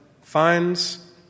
finds